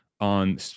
on